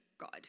God